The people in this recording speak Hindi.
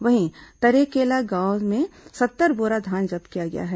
वहीं तरेकेला गांव में सत्तर बोरा धान जब्त किया गया है